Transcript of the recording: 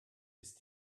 ist